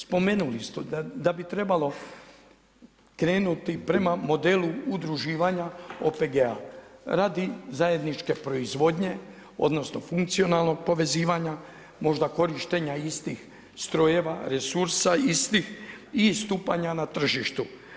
Spomenuli ste da bi trebalo krenuti prema modelu udruživanja OPG-a radi zajedničke proizvodnje, odnosno funkcionalnog povezivanja, možda korištenja istih strojeva, resursa istih i stupanja na tržištu.